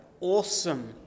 awesome